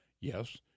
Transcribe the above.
Yes